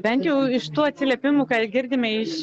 bent jau iš tų atsiliepimų ką girdime iš